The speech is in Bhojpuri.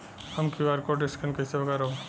हम क्यू.आर कोड स्कैन कइसे करब?